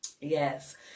yes